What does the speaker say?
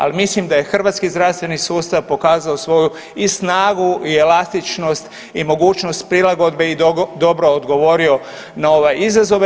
Ali mislim da je hrvatski zdravstveni sustav pokazao svoju i snagu i elastičnost i mogućnost prilagodbe i dobro odgovorio na ove izazove.